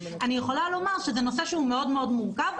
אני יכולה לומר שזה נושא שהוא מאוד מורכב.